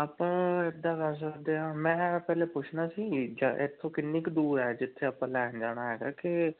ਆਪਾਂ ਇੱਦਾਂ ਕਰ ਸਕਦੇ ਹਾਂ ਮੈਂ ਪਹਿਲੇ ਪੁੱਛਣਾ ਸੀ ਜਾਂ ਇੱਥੋਂ ਕਿੰਨੀ ਕੁ ਦੂਰ ਹੈ ਜਿੱਥੇ ਆਪਾਂ ਲੈਣ ਜਾਣਾ ਹੈਗਾ ਕਿ